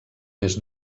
més